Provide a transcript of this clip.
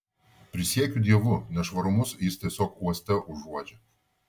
prisiekiu dievu nešvarumus jis tiesiog uoste užuodžia